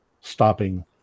stopping